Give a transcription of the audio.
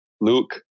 Luke